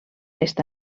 està